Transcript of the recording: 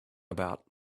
about